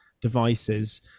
devices